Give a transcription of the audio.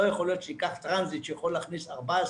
לא יכול להיות שבטרנזיט שיכול להכניס 14